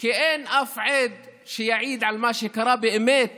כי אין אף עד שיעיד על מה שקרה באמת